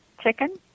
chicken